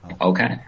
Okay